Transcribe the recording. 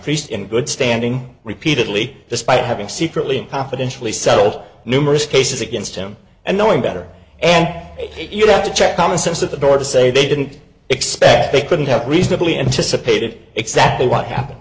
priest in good standing repeatedly despite having secretly confidentially settled numerous cases against him and knowing better and you have to check common sense at the door to say they didn't expect they couldn't have reasonably anticipated exactly what happened